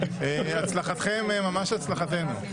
הצלחתכם-הצלחתנו,